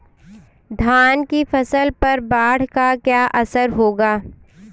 धान की फसल पर बाढ़ का क्या असर होगा?